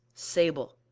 sable.